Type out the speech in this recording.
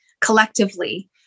collectively